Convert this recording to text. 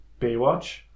Baywatch